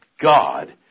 God